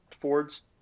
Ford's